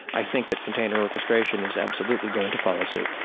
i think that container orchestration is absolutely going to follow soon.